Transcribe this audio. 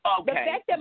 Okay